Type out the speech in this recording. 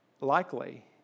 likely